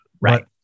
Right